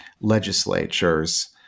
legislatures